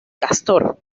castor